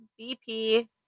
BP